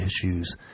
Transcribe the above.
issues